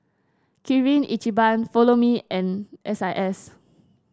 Kirin Ichiban Follow Me and S I S